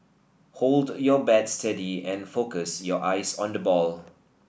hold your bat steady and focus your eyes on the ball